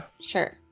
Sure